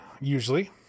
usually